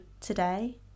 today